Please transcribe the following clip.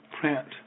print